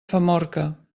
famorca